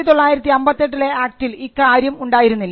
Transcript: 1958ലെ ആക്ടിൽ ഇക്കാര്യം ഉണ്ടായിരുന്നില്ല